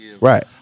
Right